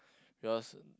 because